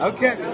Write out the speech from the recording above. Okay